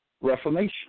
reformation